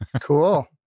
Cool